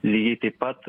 lygiai taip pat